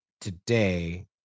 today